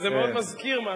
וזה מאוד מזכיר משהו.